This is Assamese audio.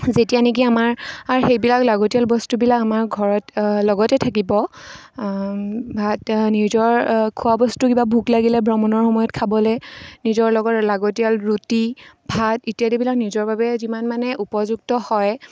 যেতিয়া নেকি আমাৰ সেইবিলাক লাগতিয়াল বস্তুবিলাক আমাৰ ঘৰত লগতে থাকিব ভাত নিজৰ খোৱা বস্তু কিবা ভোক লাগিলে ভ্ৰমণৰ সময়ত খাবলৈ নিজৰ লগত লাগতিয়াল ৰুটি ভাত ইত্যাদিবিলাক নিজৰ বাবে যিমান মানে উপযুক্ত হয়